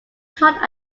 taught